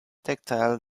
tactile